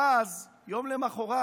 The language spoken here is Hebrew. ואז יום למוחרת